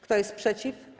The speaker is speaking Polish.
Kto jest przeciw?